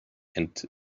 and